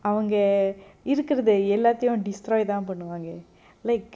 அவங்க இருக்குரது எல்லாத்தயு:avanga irukurathu ellathayu destroy தா பன்னுவாங்க:tha pannuvanga like